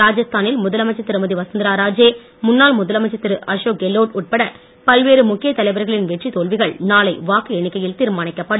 ராஜஸ்தானில் முதலமைச்சர் திருமதி வசுந்தரா ராஜே முன்னாள் முதலமைச்சர் திரு அசோக் கெலோட் உட்பட பல்வேறு முக்கிய தலைவர்களின் வெற்றி தோல்விகள் நாளை வாக்கு எண்ணிக்கையில் தீர்மானிக்கப்படும்